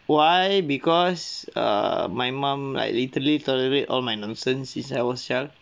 why because err my mum like literally tolerate all my nonsense since I was young